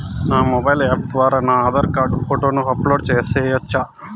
నా mobile app ద్వారా నా ఆధార్ కార్డు ఫోటోను అప్లోడ్ సేయొచ్చా?